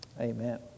Amen